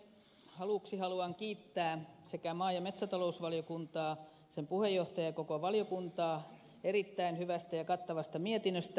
aluksi haluan kiittää maa ja metsätalousvaliokuntaa sen puheenjohtajaa ja koko valiokuntaa erittäin hyvästä ja kattavasta mietinnöstä